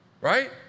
right